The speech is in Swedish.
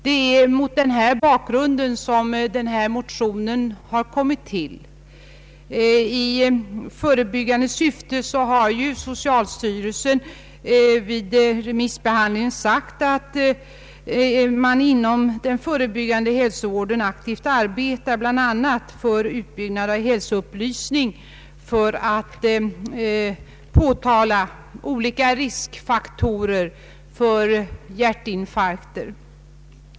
Det är mot den bakgrunden som denna motion har kommit till. Socialstyrelsen har vid remissbehandlingen framhållit att man inom den förebyggande hälsovården aktivt arbetar bl.a. på utbyggnad av hälsoupplysning för att påpeka olika ”riskfaktorer” för hjärtinfarkt.